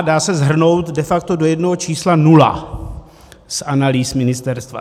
Dá se shrnout de facto do jednoho čísla: nula, z analýz ministerstva.